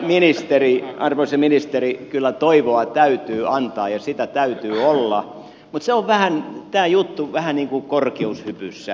mutta arvoisa ministeri kyllä toivoa täytyy antaa ja sitä täytyy olla mutta tämä juttu on vähän niin kuin korkeushypyssä